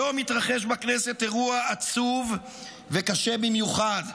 היום התרחש בכנסת אירוע עצוב וקשה במיוחד,